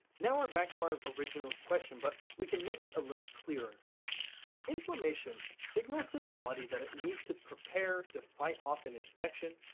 now we're back to our original question, but we can make it a little clearer if inflammation signals to the body that it needs to prepare to fight off an infection,